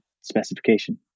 specification